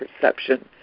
perception